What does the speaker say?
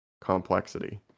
complexity